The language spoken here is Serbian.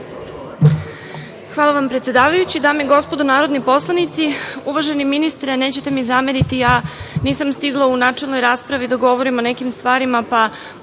Hvala vam, predsedavajući. Dame i gospodo narodni poslanici, uvaženi ministre, nećete mi zameriti, nisam stigla u načelnoj raspravi da govorim o nekim stvarima, pa